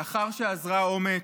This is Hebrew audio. לאחר שאזרה אומץ,